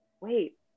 wait